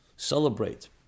celebrate